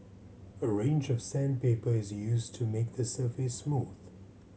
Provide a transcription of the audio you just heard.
a range of sandpaper is used to make the surface smooth